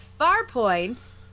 Farpoint